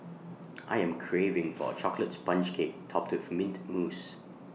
I am craving for A Chocolate Sponge Cake Topped with Mint Mousse